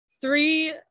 three